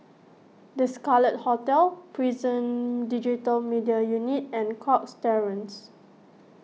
the Scarlet Hotel Prison Digital Media Unit and Cox Terrace